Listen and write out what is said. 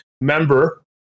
member